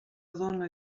dona